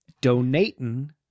Donating